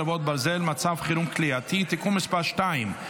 חרבות ברזל) (מצב חירום כליאתי) (תיקון מס' 2),